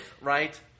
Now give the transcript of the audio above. right